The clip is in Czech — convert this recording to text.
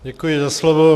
Děkuji za slovo.